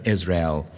Israel